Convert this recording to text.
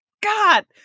God